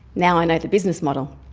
now i know the business model.